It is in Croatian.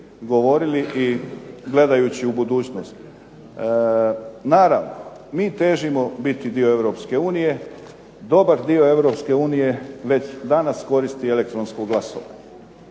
i gledajući u budućnost. Naravno, mi težimo biti dio EU, dobar dio EU već danas koristi elektronsko glasovanje.